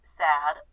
sad